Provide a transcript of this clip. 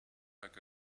like